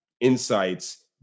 insights